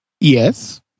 Yes